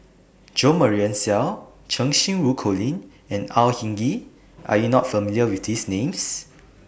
Jo Marion Seow Cheng Xinru Colin and Au Hing Yee Are YOU not familiar with These Names